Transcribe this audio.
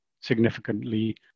significantly